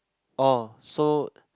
orh so